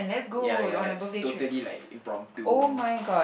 ya ya like totally like impromptu